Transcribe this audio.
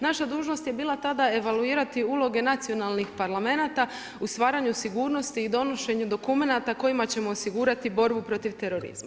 Naša dužnost je bila tada evaluirati uloge nacionalnih parlamenata u stvaranju sigurnosti i donošenju dokumenata kojima ćemo osigurati borbu protiv terorizma.